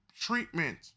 treatment